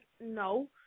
no